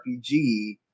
RPG